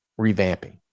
revamping